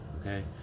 Okay